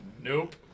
Nope